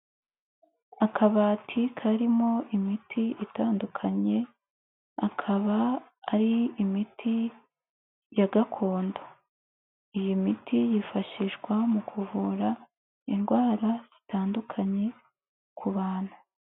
Akabati karimo imiti itandukanye, akaba ari imiti ya gakondo, iyi miti yifashishwa mu kuvura indwara zitandukanye ku bantu.